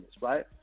right